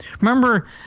remember